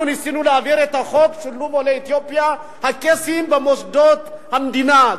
אנחנו ניסינו להעביר את חוק שילוב עולי אתיופיה הקייסים במוסדות המדינה,